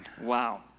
Wow